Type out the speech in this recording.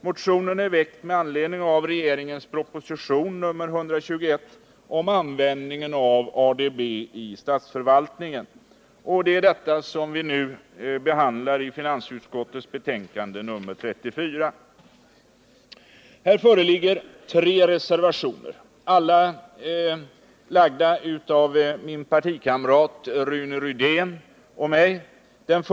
Motionen är väckt med anledning av regeringens proposition nr 121 om användningen av ADB i statsförvaltningen, och det är detta som vi nu behandlar i finansutskottets betänkande nr 34. Här föreligger tre reservationer, alla av min partikamrat Rune Rydén och mig.